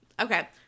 Okay